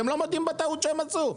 הם לא מודים בטעות שהם עשו.